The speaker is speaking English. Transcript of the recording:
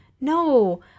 no